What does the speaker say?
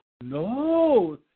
No